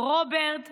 רוברט מנזיס,